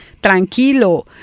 Tranquilo